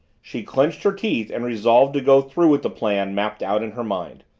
she clenched her teeth and resolved to go through with the plan mapped out in her mind.